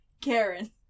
Karen